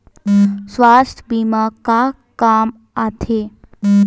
सुवास्थ बीमा का काम आ थे?